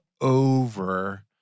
over